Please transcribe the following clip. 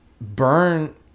burn